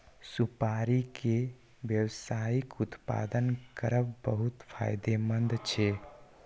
सुपारी के व्यावसायिक उत्पादन करब बहुत फायदेमंद छै